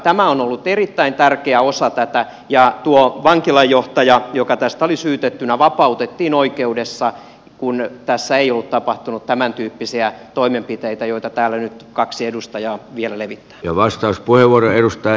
tämä on ollut erittäin tärkeä osa tätä ja tuo vankilanjohtaja joka tästä oli syytettynä vapautettiin oikeudessa kun tässä ei ollut tapahtunut tämäntyyppisiä toimenpiteitä joita täällä nyt kaksi edustajaa vielä levittää